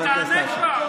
חבר הכנסת אשר.